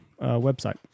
website